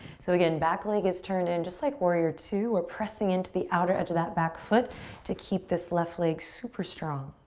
so, again, back leg is turned in just like warrior ii. we're pressing into the outer edge of that back foot to keep this left leg super strong.